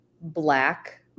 black